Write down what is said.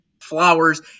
flowers